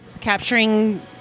Capturing